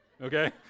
okay